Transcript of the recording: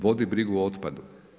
Vodi brigu o otpadu.